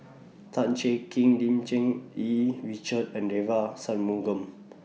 Tan Cheng Kee Lim Cherng Yih Richard and Devagi Sanmugam